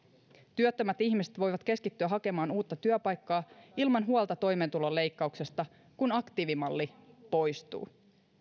työttömät ihmiset voivat keskittyä hakemaan uutta työpaikkaa ilman huolta toimeentulon leikkauksesta kun aktiivimalli poistuu